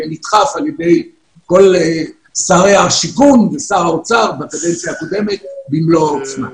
נדחף על-ידי כל שרי השיכון ושר האוצר במלוא העוצמה.